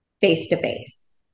face-to-face